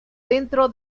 dentro